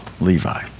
Levi